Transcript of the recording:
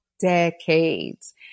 decades